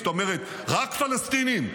זאת אומרת רק פלסטינים.